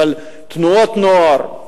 אבל תנועות נוער,